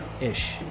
ish